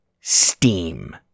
Steam